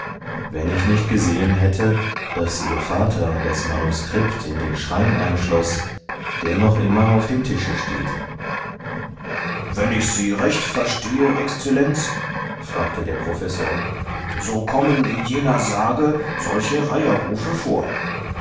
wenn ich nicht gesehen hätte wie ihr vater das manuskript in den schrein einschloß der noch immer auf dem tisch steht wenn ich sie recht verstehe exzellenz fragte der professor so kommen in jener sage solche reiherrufe vor